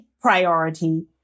priority